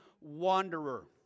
Wanderer